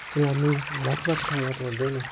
ਸੈਲਾਨੀ ਵੱਖ ਵੱਖ ਥਾਵਾਂ ਤੋਂ ਆਉਂਦੇ ਨੇ